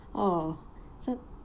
oh sa~